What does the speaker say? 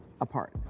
apart